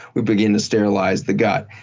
we begin to sterilize the gut.